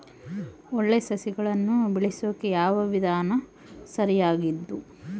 ಒಳ್ಳೆ ಸಸಿಗಳನ್ನು ಬೆಳೆಸೊಕೆ ಯಾವ ವಿಧಾನ ಸರಿಯಾಗಿದ್ದು?